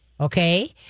okay